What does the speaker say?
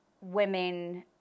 women